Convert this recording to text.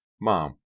Mom